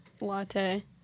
latte